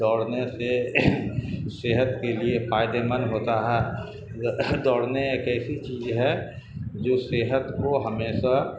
دوڑنے سے صحت کے لیے فائدے مند ہوتا ہے دوڑنے ایک ایسی چیز ہے جو صحت کو ہمیشہ